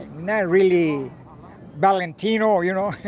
not really valentino, you know?